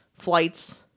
Flights